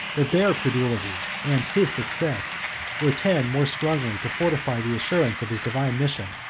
that their credulity and his success would tend more strongly to fortify the assurance of his divine mission,